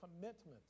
commitment